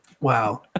Wow